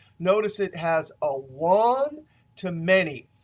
notice it has a one too many.